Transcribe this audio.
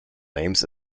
names